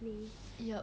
yup